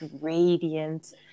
radiant